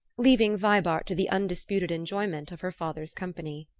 leaving vibart to the undisputed enjoyment of her father's company.